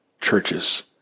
churches